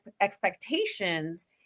expectations